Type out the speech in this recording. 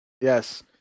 Yes